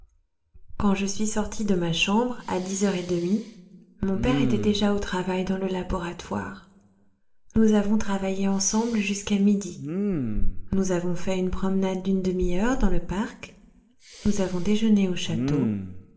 quand je suis sortie de ma chambre à dix heures et demie mon père était déjà au travail dans le laboratoire nous avons travaillé ensemble jusqu'à midi nous avons fait une promenade d'une demiheure dans le parc nous avons déjeuné au château